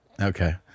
Okay